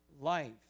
life